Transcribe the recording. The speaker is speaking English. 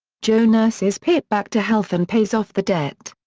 joe nurses pip back to health and pays off the debt.